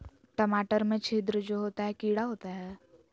टमाटर में छिद्र जो होता है किडा होता है?